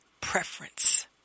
Preference